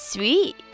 Sweet